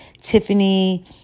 Tiffany